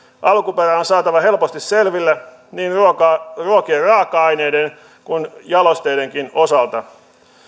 alkuperä on saatava helposti selville niin ruokien raaka aineiden kuin jalosteidenkin osalta